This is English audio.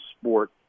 sport